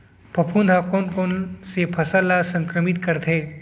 फफूंद ह कोन कोन से फसल ल संक्रमित करथे?